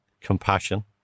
compassion